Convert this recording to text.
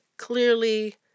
Clearly